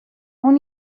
اون